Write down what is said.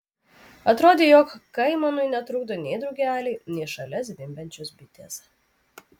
atrodė jog kaimanui netrukdo nei drugeliai nei šalia zvimbiančios bitės